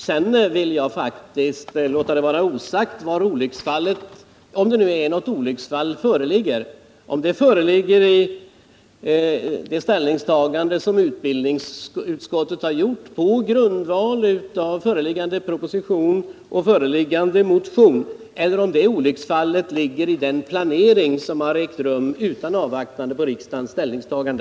Sedan vill jag låta det vara osagt var olycksfallet — om det nu föreligger något olycksfall — har inträffat, dvs. om olycksfallet ligger i det ställningstagande som utbildningsutskottet har gjort på grundval av föreliggande proposition och motion eller om det ligger i den planering som man har gjort utan att avvakta riksdagens ställningstagande.